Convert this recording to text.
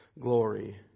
Glory